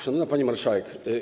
Szanowna Pani Marszałek!